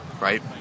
right